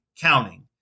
counting